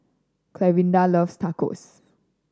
Clarinda loves Tacos